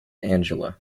angela